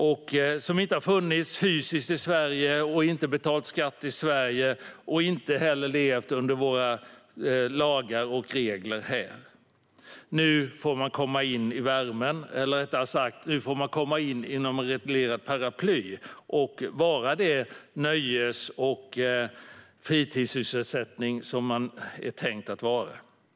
De har inte funnits fysiskt i Sverige, inte betalat skatt i Sverige och inte heller levat under våra lagar och regler. Nu får de komma in i värmen, eller rättare sagt under reglerat paraply, och vara den nöjes och fritidssysselsättning de är tänkta att vara.